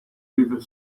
river